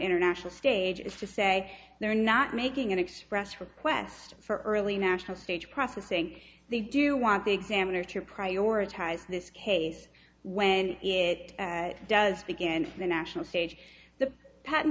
international stage is to say they're not making an express request for early national stage processing they do want the examiner to prioritize this case when it does begin and the national stage the patent